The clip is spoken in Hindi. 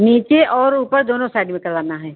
नीचे और ऊपर दोनों साइड में करवाना है